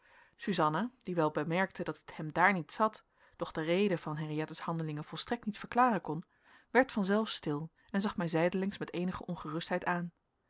suzanna die wel bemerkte dat het hem daar niet zat doch de reden van henriëttes handelingen volstrekt niet verklaren kon werd van zelf stil en zag mij zijdelings met eenige ongerustheid aan